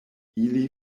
ili